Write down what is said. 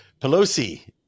Pelosi